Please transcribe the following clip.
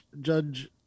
Judge